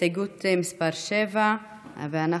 הסתייגות מס 7. אנחנו